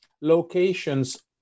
locations